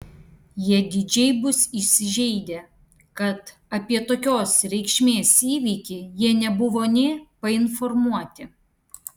jie didžiai bus įsižeidę kad apie tokios reikšmės įvykį jie nebuvo nė painformuoti